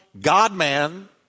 God-man